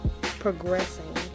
progressing